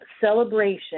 celebration